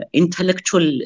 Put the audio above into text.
intellectual